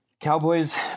Cowboys